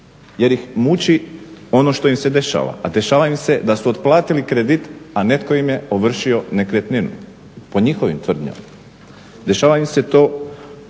jer ih muči ono što im se dešava a dešava im se da su otplatili kredit a netko im je ovršio nekretninu po njihovim tvrdnjama. Dešava im se to